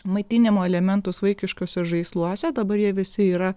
maitinimo elementus vaikiškuose žaisluose dabar jie visi yra